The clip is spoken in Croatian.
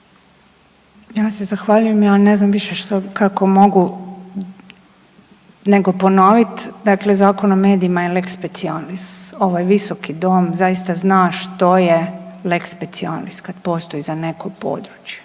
Ja se zahvaljujem. Ja ne znam više što bi, kako mogu nego ponovit. Dakle, Zakon o medijima je lex specialis. Ovaj Visoki dom zaista zna što je lex specialis kad postoji za neko područje